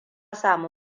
sami